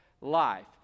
life